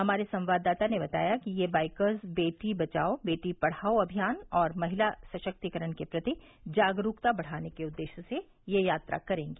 हमारे संवाददाता ने बताया है कि ये बाइकर्स बेटी बचाओ बेटी पढ़ाओ अभियान और महिला सशक्तिकरण के प्रति जागरूकता बढ़ाने के उद्देश्य से यह यात्रा करेंगी